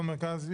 במרכז,